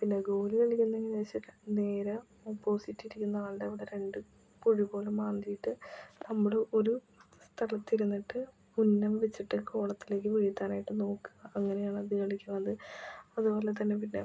പിന്നെ ഗോലി കളി കഴിഞ്ഞിങ്ങനെയെന്നു വെച്ചാൽ നേരെ ഓപ്പോസിറ്റിരിക്കുന്നയാളുടെ കൂടെ രണ്ടു കുഴി പോലെ മാന്തിയിട്ട് നമ്മൾ ഒരു സ്ഥലത്തിരുന്നിട്ട് ഉന്നം വെച്ചിട്ട് കോളത്തിലേക്ക് വീഴ്ത്താനായിട്ട് നോക്കുക അങ്ങനെയാണത് കളിക്കണത് അതുപോലെ തന്നെ പിന്നെ